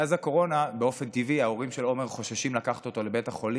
מאז הקורונה באופן טבעי ההורים של עומר חוששים לקחת אותו לבית החולים,